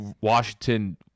Washington